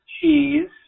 cheese